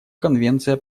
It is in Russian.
конвенция